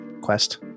quest